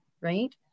right